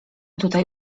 tutaj